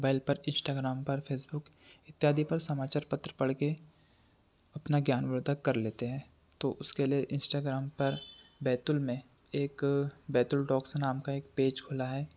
mobile पर Instagram पर Facebook इत्यादि पर समाचार पत्र पढ़ कर अपना ज्ञानवर्धन कर लेते हैं तो उसके लिए इंस्टाग्राम पर बैतूल में एक बैतूल टॉक्स नाम का एक पेज खुला है